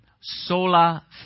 sola